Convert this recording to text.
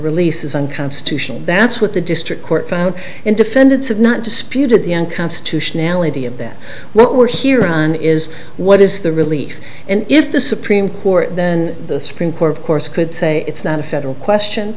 release is unconstitutional that's what the district court found in defendants have not disputed the constitutionality of that what we're here on is what is the relief and if the supreme court then the supreme court of course could say it's not a federal question